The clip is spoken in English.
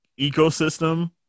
Ecosystem